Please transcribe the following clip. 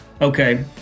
Okay